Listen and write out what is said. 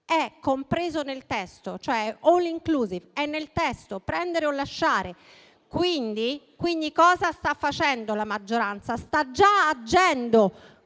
è compreso nel testo. È *all inclusive*, è nel testo: prendere o lasciare. Quindi, cosa sta facendo la maggioranza? Sta già agendo